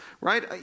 right